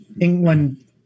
England